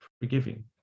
forgiving